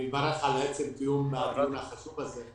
אני מברך על עצם קיום הדיון החשוב הזה.